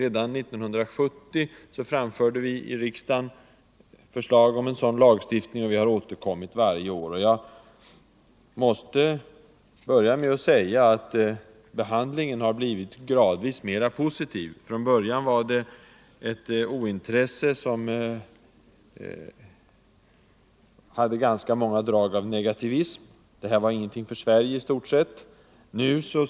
Redan 1970 framförde vi i riksdagen förslag om en sådan lagstiftning, och vi har sedan dess återkommit varje år. Jag vill inledningsvis säga att behandlingen har blivit gradvis mera positiv. Från början möttes vi av ett ointresse med starka drag av negativism. Inställningen var i stort sett att denna idé inte var någonting för Sverige.